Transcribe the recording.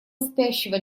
спящего